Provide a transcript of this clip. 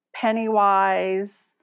Pennywise